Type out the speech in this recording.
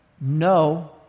no